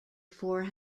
four